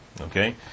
Okay